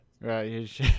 Right